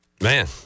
Man